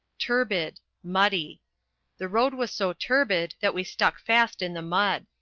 turbid muddy the road was so turbid that we stuck fast in the mud.